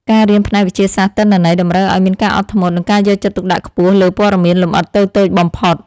ការរៀនផ្នែកវិទ្យាសាស្ត្រទិន្នន័យតម្រូវឱ្យមានការអត់ធ្មត់ និងការយកចិត្តទុកដាក់ខ្ពស់លើព័ត៌មានលម្អិតតូចៗបំផុត។